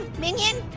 minion?